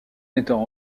metteurs